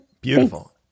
Beautiful